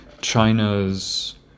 China's